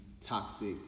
toxic